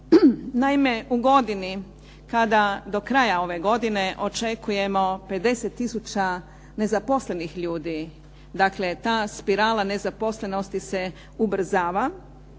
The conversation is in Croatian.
Naime, u godini kada do kraja ove godine očekujemo 50 tisuća nezaposlenih ljudi, dakle ta spirala nezaposlenosti se ubrzava,